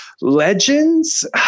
Legends